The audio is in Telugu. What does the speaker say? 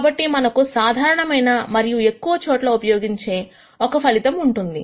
కాబట్టి మనకు సాధారణమైన మరియు ఎక్కువ చోట్ల ఉపయోగించే ఒక ఫలితం ఉంటుంది